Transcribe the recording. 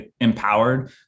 empowered